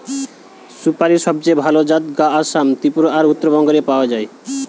সুপারীর সবচেয়ে ভালা জাত গা আসাম, ত্রিপুরা আর উত্তরবঙ্গ রে পাওয়া যায়